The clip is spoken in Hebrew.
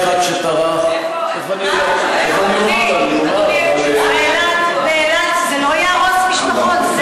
שטרח, באילת זה לא יהרוס משפחות?